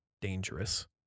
dangerous